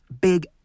big